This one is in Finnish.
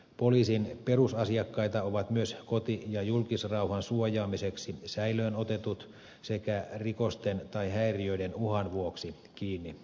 poliisin perusasiakkaita ovat myös koti ja julkisrauhan suojaamiseksi säilöön otetut sekä rikosten tai häiriöiden uhan vuoksi kiinni otetut